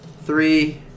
three